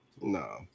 no